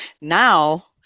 now